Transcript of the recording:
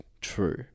true